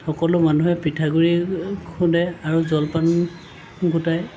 সকলো মানুহে পিঠাগুড়ি খুন্দে আৰু জলপান গোটায়